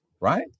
right